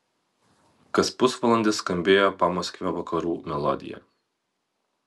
kas pusvalandis skambėjo pamaskvio vakarų melodija